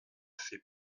fait